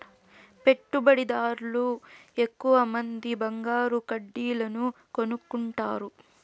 పెట్టుబడిదార్లు ఎక్కువమంది బంగారు కడ్డీలను కొనుక్కుంటారు